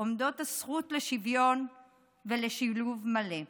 עומדת הזכות לשוויון ולשילוב מלא.